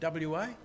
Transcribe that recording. WA